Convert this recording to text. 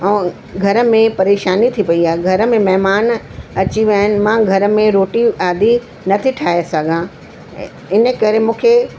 ऐं घर में परेशानी थी पेई आहे घर में महिमान अची विया आहिनि मां घर में रोटियूं आदि नथी ठाहे सघां इनकरे मूंखे